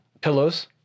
Pillows